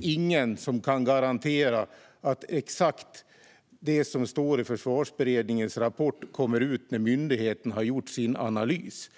Ingen kan garantera att exakt det som står i Försvarsberedningens rapport kommer ut när myndigheten har gjort sin analys.